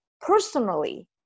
personally